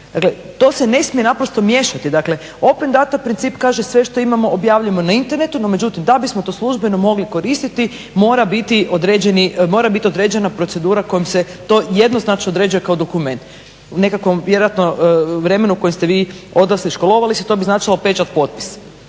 to se ne smije naprosto miješati. Dakle, open data princip kaže sve što imamo objavljujemo na internetu. No međutim, da bismo to službeno mogli koristiti mora biti određena procedura kojom se to jednoznačno određuje kao dokument u nekakvom vjerojatno vremenu u kojem ste vi odrasli, školovali se to bi značilo pečat, potpis.